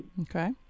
Okay